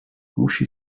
musi